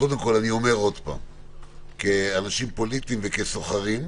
שוב - כאנשים פוליטיים וכסוחרים,